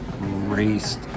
raced